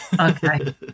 Okay